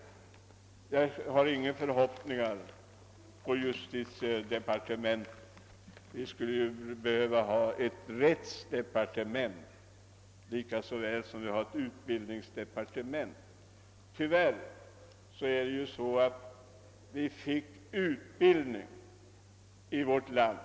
Jag har inga förhoppningar på justitiedepartementet. Vi skulle ju behöva ett rättsdepartement lika väl som vi har ett utbildningsdepartement. Vi har ju nu fått utbildning här i vårt land.